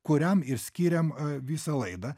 kuriam ir skiriam visą laidą